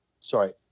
Sorry